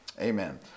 amen